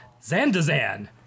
Zandazan